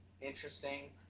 interesting